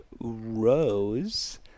rose